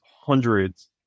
hundreds